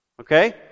okay